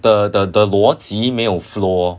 的的的逻辑没有 flow lor